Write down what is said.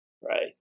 right